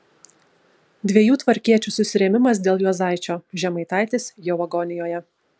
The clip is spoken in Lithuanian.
dviejų tvarkiečių susirėmimas dėl juozaičio žemaitaitis jau agonijoje